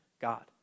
God